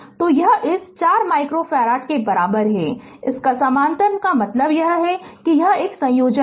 तो यह इस 4 माइक्रो फैराड के बराबर है तो इसका समानांतर मतलब यह एक संयोजन है